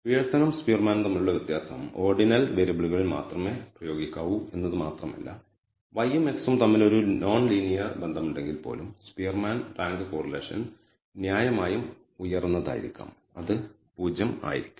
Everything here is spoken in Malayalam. പിയേഴ്സണും സ്പിയർമാനും തമ്മിലുള്ള വ്യത്യാസം ഓർഡിനൽ വേരിയബിളുകളിൽ മാത്രമേ പ്രയോഗിക്കാവൂ എന്നത് മാത്രമല്ല y ഉം x ഉം തമ്മിൽ ഒരു നോൺ ലീനിയർ ബന്ധമുണ്ടെങ്കിൽപ്പോലും സ്പിയർമാൻ റാങ്ക് കോറിലേഷൻ ന്യായമായും ഉയർന്നതായിരിക്കാം അത് 0 ആയിരിക്കില്ല